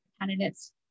candidates